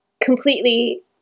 completely